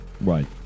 Right